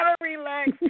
relax